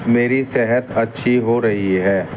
میری صحت اچھی ہو رہی ہے